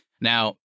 Now